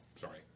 Sorry